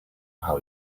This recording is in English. how